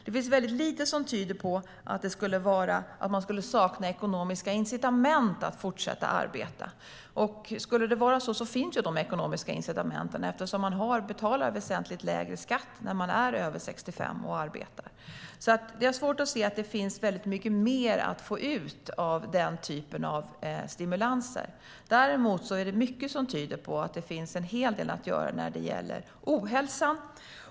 Det finns väldigt lite som tyder på att man skulle sakna ekonomiska incitament att fortsätta arbeta. Det finns ekonomiska incitament, eftersom man har betalat väsentligt lägre skatt vid arbete över 65 års ålder. Jag har svårt att se att det skulle finnas väldigt mycket mer att få ut av den typen av stimulanser. Däremot är det mycket som tyder på att det finns en hel del att göra när det gäller ohälsan.